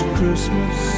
Christmas